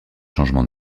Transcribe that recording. changement